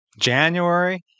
January